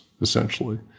essentially